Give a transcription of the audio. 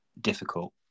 difficult